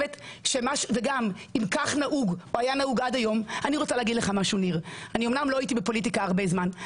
אם כך נהוג או היה נהוג עד היום אמנם לא הייתי בפוליטיקה הרבה זמן,